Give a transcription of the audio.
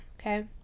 Okay